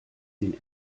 den